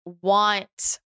want